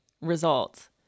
results